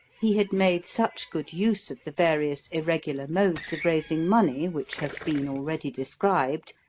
he had made such good use of the various irregular modes of raising money which have been already described,